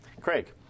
Craig